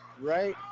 Right